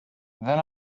then